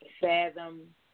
Fathom